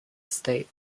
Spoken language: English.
state